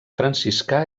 franciscà